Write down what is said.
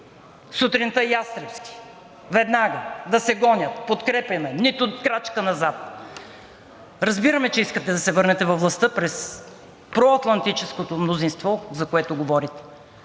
Сутринта ястребски – веднага да се гонят, подкрепяме, нито крачка назад. Разбираме, че искате да се върнете във властта през проатлантическото мнозинство, за което говорите,